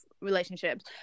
relationships